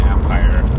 Empire